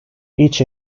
each